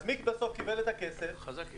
אז מי קיבל בסוף את הכסף החזקים.